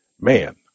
Man